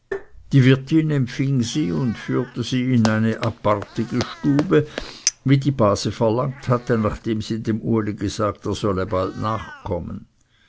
die wirtin empfing sie und führte sie in eine apartige stube wie die base verlangt hatte nachdem sie dem uli gesagt er solle bald nachkommen